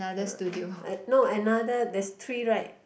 uh no another there's three right